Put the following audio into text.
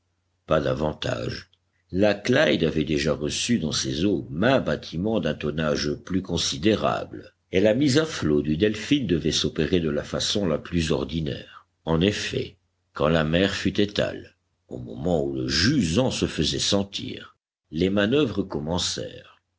pas davantage la clyde avait déjà reçu dans ses eaux maint bâtiment d'un tonnage plus considérable et la mise à flot du delphin devait s'opérer de la façon la plus ordinaire en effet quand la mer fut étale au moment où le jusant se faisait sentir les manœuvres commencèrent